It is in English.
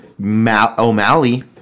O'Malley